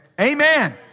Amen